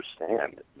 understand